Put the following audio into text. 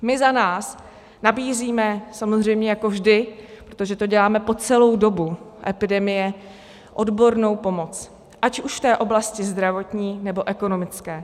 My za nás nabízíme samozřejmě jako vždy, protože to děláme po celou dobu epidemie, odbornou pomoc, ať už v oblasti zdravotní, nebo ekonomické.